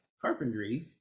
carpentry